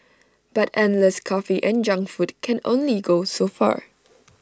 but endless coffee and junk food can only go so far